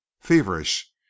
Feverish